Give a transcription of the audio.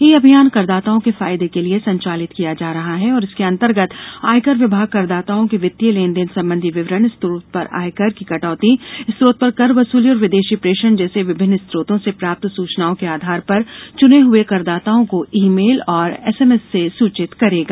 ई अभियान करदाताओं के फायदे के लिए संचालित किया जा रहा है और इसके अंतर्गत आयकर विभाग करदाताओं के वित्तीय लेन देन संबंधी विवरण स्रोत पर आयकर की कटौती स्रोत पर कर वसूली और विदेशी प्रेषण जैसे विभिन्न स्रोतों से प्राप्त सूचनाओं के आधार पर चुने हुए करदाताओं को ई मेल और एसएमएस से सूचित करेगा